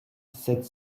sept